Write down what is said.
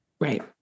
Right